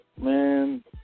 Man